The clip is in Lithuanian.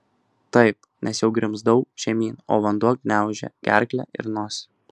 taip nes jau grimzdau žemyn o vanduo gniaužė gerklę ir nosį